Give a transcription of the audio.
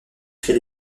crée